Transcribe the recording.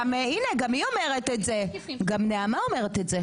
הנה, גם נעמה אומרת את זה.